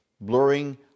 blurring